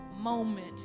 moment